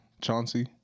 Chauncey